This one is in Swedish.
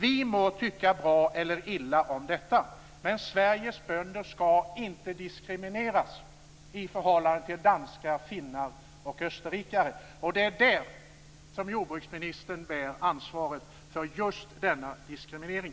Vi må tycka bra eller illa om detta men Sveriges bönder ska inte diskrimineras i förhållande till danskar, finnar och österrikare. Det är där som jordbruksministern bär ansvaret för nämnda diskriminering.